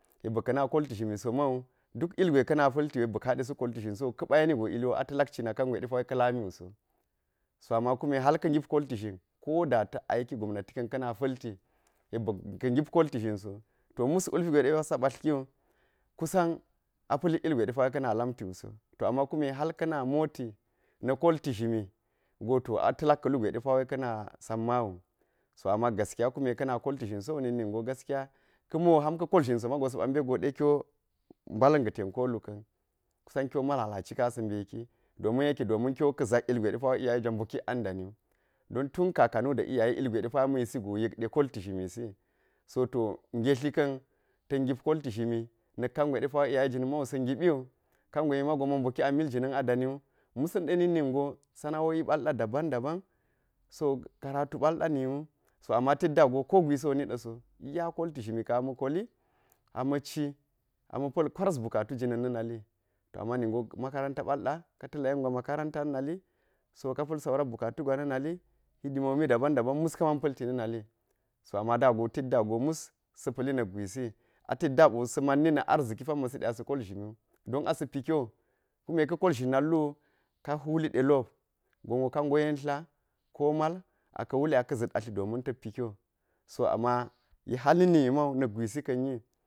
Yek baka̱ na koltizhim so mau duk ilgwe pa̱ltiwu yek ba̱ka̱ haɗe suk kolti zhinso ka̱ ɓa yeni go iliwo a ta̱lak cina kangwe ka̱ lamiwuso so, ama hal kume ka̱ ngip kolti zhim koda ta̱ aiki gobuati ka̱n ka̱ na pa̱lti yek ba̱ka̱ ngip koti zhin to mus wulpi gwe depa sa ɓatekiwu ku sau a pa̱lik ilgwe kan lamtiwu so. To a ma hal kume ka̱na moti na kolti zhimi go to a ta̱ lak ka̱ lugwe depa̱ ka̱ na samma wu. so ama gaskiya kume kana kolti zhinso na̱k ningo gaskiya. Ka̱ miwo kume kiwo sa̱ ƃekgo de kiwo mbala̱n ga̱ tan ko lu ka̱n kusan kiwo malalaci ka̱u asa̱ mbeki domin yeke domin ke zak ilgwe depa iyaye jwa mbokik an daniwu. Don tun ka̱kanu da iyaye ilgwe depa ma̱ yisi go yek di kolti zhimisi, so to ngętli kan tęn ngip kolti zhimi nak kangwe depawo iyaye jina̱n mau sa̱ ngibiwu kangwe mimago ma mboki an miljina̱n a daniwu mus na̱de na̱kningo sana'o'i ɓal da daban daban, so karatu balɗa niwu to ama jeddago ko gwisiwu niɗa̱ so iya kolti zhimi ka̱n ama̱ koli a ma̱ ci ama̱ pa̱l kwaras bukatu jina̱u na̱ nali to ama ningo makaranta na̱ nali so ka pa̱l saura bukatu gwa na̱ nali hidimomi daban daban mus ka man pa̱lti na̱ nali, so ama da go ted da go mus sa̱ pa̱ li na̱kgwisi, a tedda biw sa mannina̱ arziki pamma sidē a sa kollzhimiwu don asa̱ pi kyo ku me ka kol zhin nal wu ka hwuli delop ҡonwo ka ngo yen tla ko mal ka̱ wuli aka̱ zit atli domin ta̱k pi kyo, so ama yek hal na̱k ni mau na̱k gwisa ka̱u ni.